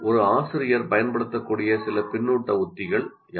ஒரு ஆசிரியர் பயன்படுத்தக்கூடிய சில பின்னூட்ட உத்திகள் யாவை